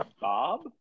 Bob